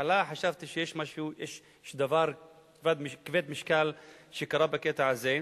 בהתחלה חשבתי שיש דבר כבד-משקל שקרה בקטע הזה,